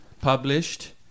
published